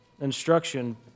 instruction